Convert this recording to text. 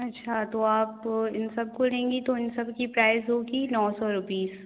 अच्छा तो आप इन सबको लेंगी तो इन सबकी प्राइस होगी नौ सौ रूपीस